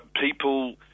people